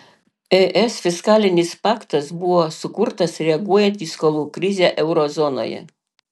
es fiskalinis paktas buvo sukurtas reaguojant į skolų krizę euro zonoje